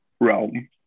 realm